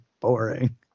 boring